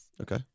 Okay